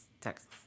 Texas